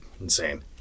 insane